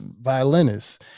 violinists